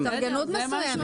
זה מצריך התארגנות מסוימת.